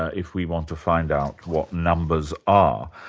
ah if we want to find out what numbers are.